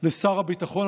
לשר הביטחון.